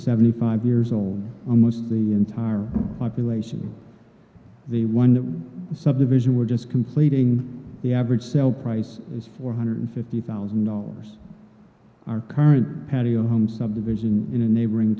seventy five years old almost the entire population they won the subdivision we're just completing the average sell price is four hundred fifty thousand dollars our current patio home subdivision in a neighboring